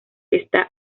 está